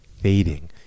fading